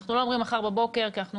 אנחנו לא אומרים מחר בבוקר כי אנחנו